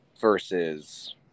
Versus